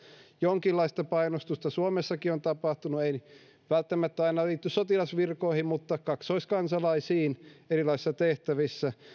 jonkinlaista painostusta suomessakin on tapahtunut eivät ne välttämättä aina liity sotilasvirkoihin mutta kaksoiskansalaisiin erilaisissa tehtävissä